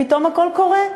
פתאום הכול קורה.